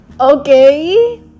Okay